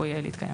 שצפוי להתקיים.